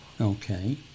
Okay